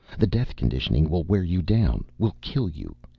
the death-conditioning will wear you down, will kill you.